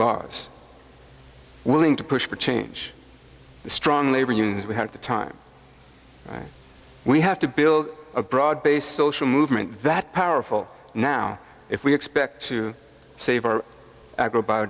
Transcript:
laws willing to push for change the strong labor unions we have the time we have to build a broad based social movement that powerful now if we expect to save our agro b